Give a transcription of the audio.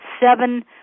seven